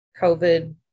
COVID